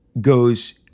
goes